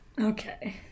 Okay